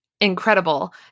incredible